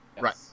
Right